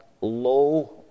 low